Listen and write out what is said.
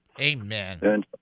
Amen